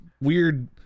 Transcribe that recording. weird